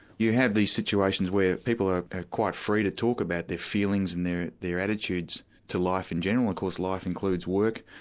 you have these situations where people are quite free to talk talk about their feelings and their their attitudes to life in general. of course life includes work,